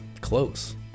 close